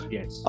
Yes